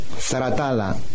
saratala